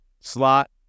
Slot